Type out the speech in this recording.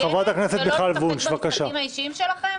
ולא לשחק במשחקים האישיים שלכם?